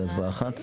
זו הצבעה אחת?